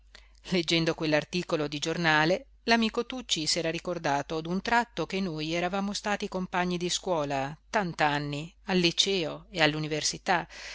leggendo quell'articolo di giornale l'amico tucci s'era ricordato d'un tratto che noi eravamo stati compagni di scuola tant'anni al liceo e